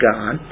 God